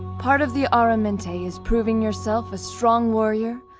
part of the aramente is proving yourself a strong warrior,